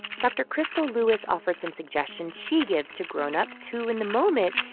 dr. krystal lewis offered some suggestions she gives to grown-ups who, in the moment,